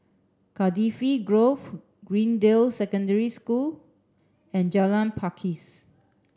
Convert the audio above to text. Cardifi Grove Greendale Secondary School and Jalan Pakis